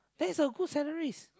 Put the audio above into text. that's a good salaries